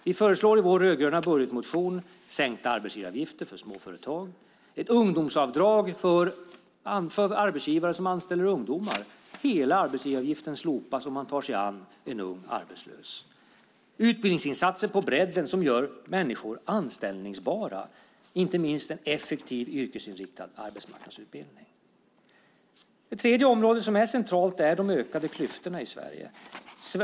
Vi föreslår i vår rödgröna budgetmotion sänkta arbetsgivaravgifter för småföretag och ett ungdomsavdrag för arbetsgivare som anställer ungdomar. Hela arbetsgivaravgiften slopas om man tar sig an en ung arbetslös. Vi gör utbildningsinsatser på bredden som gör människor anställningsbara, inte minst en effektiv yrkesinriktad arbetsmarknadsutbildning. Det tredje området som är centralt är de ökade klyftorna i Sverige.